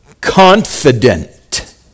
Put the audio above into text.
confident